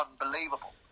unbelievable